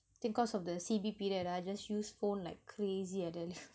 think cause of the C_B period ah just use phone like crazy I tell you